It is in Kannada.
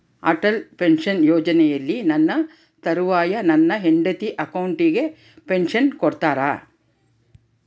ಅಟಲ್ ಪೆನ್ಶನ್ ಯೋಜನೆಯಲ್ಲಿ ನನ್ನ ತರುವಾಯ ನನ್ನ ಹೆಂಡತಿ ಅಕೌಂಟಿಗೆ ಪೆನ್ಶನ್ ಕೊಡ್ತೇರಾ?